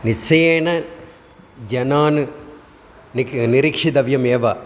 निश्चयेन जनान् निक् निरीक्षितमेव